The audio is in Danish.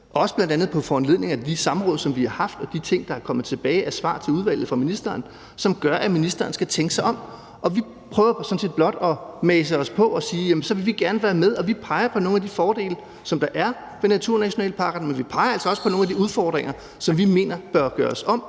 også bl.a. på foranledning af de samråd, som vi har haft, og de ting, der er kommet tilbage i svar til udvalget fra ministeren, som gør, at ministeren skal tænke sig om. Vi prøver sådan set blot at mase os på og sige: Så vil vi gerne være med. Og vi peger på nogle af de fordele, som der er ved naturnationalparkerne, men vi peger altså også på nogle af de udfordringer og ting, som vi mener bør gøres om,